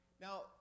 Now